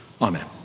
Amen